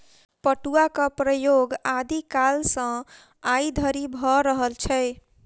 पटुआक प्रयोग आदि कालसँ आइ धरि भ रहल छै